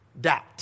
doubt